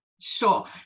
Sure